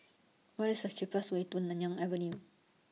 What IS The cheapest Way to Nanyang Avenue